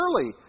early